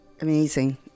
amazing